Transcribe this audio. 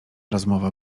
rozmowa